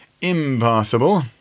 Impossible